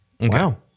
Wow